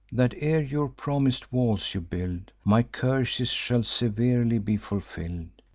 that ere your promis'd walls you build, my curses shall severely be fulfill'd.